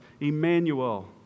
Emmanuel